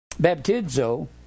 baptizo